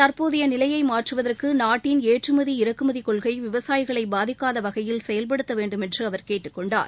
தற்போதைய நிலையை மாற்றுவதற்கு நாட்டின் ஏற்றுமதி இறக்குமதி கொள்கை விவசாயிகளை பாதிக்காத வகையில் செயல்படுத்த வேண்டுமென்று அவர் கேட்டுக் கொண்டார்